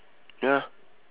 ya